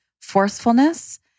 forcefulness